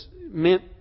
meant